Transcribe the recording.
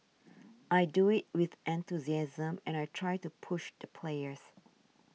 I do it with enthusiasm and I try to push the players